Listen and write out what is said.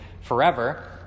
forever